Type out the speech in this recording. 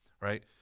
right